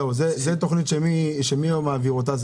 מי מעביר אותה?